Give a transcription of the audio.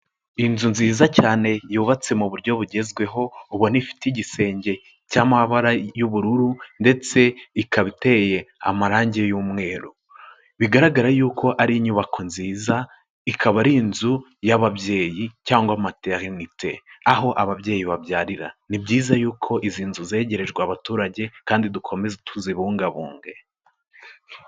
Inzu nziza cyane yubatse mu buryo bugezweho, ubona ifite igisenge cy'amabara y'ubururu ndetse ikaba iteye amarange y'umweru. Bigaragara yuko ari inyubako nziza, ikaba ari inzu y'ababyeyi cyangwa materinite, aho ababyeyi babyarira. Ni byiza yuko izi nzu zegerejwe abaturage kandi dukomeze tuzibungabunge.